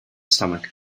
stomach